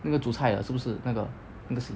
那个煮菜的是不是那个那个 scene